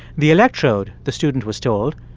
the electrode, the student was told,